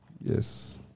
Yes